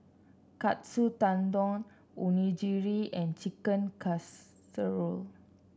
Katsu Tendon Onigiri and Chicken Casserole